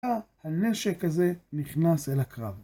הנשק הזה נכנס אל הקרב.